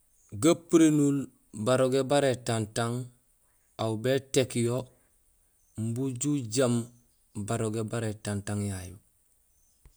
Gapurénul barogé bara étantang aw bétéék yo imbi uju ujaam barogé bara étantang yayu